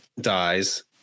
dies